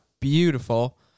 beautiful